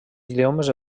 idiomes